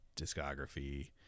discography